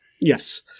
Yes